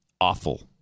awful